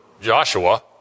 Joshua